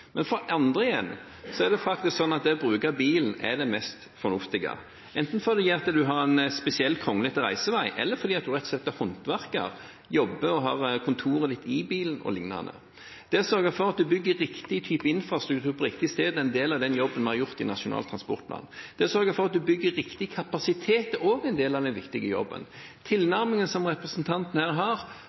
Men for andre igjen er det faktisk sånn at det å bruke bilen er det mest fornuftige – enten fordi man har en spesiell kronglete reisevei, eller fordi man rett og slett er håndverker og jobber og har kontoret i bilen, o.l. Det å sørge for at man bygger riktig type infrastruktur på riktig sted er en del av den jobben vi har gjort i Nasjonal transportplan. Det å sørge for at man bygger riktig kapasitet er også en del av den viktige jobben. Tilnærmingen som representanten her har,